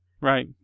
Right